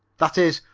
that is,